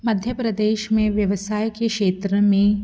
मध्य प्रदेश में व्यवसाय के क्षेत्र में